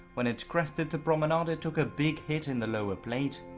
when it crested the promenade it took a big hit in the lower plate,